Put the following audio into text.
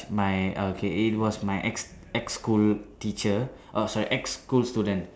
my okay it was my ex ex school teacher err sorry ex school student